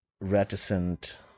reticent